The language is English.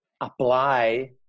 apply